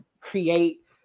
create